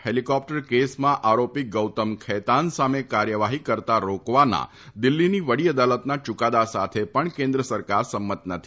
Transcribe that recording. helicopter કેસમાં આરોપી ગૌતમ ખેતાન સામે કાર્યવાહી કરતા રોકવાના દિલ્હીની વડી અદાલતના ચૂકાદા સાથે પણ કેન્દ્ર સરકાર સંમત નથી